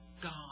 God